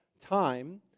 time